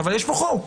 אבל יש פה חוק.